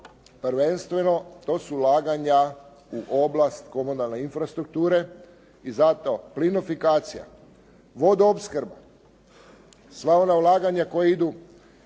Prvenstveno, to su ulaganja u oblast komunalne infrastrukture i zato plinofikacija, vodoopskrba, sva ona ulaganja koja idu